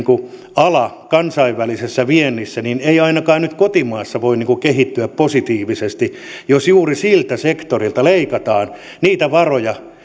ala kansainvälisessä viennissä ei ainakaan nyt kotimaassa voi kehittyä positiivisesti jos juuri siltä sektorilta leikataan varoja